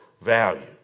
valued